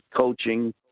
coaching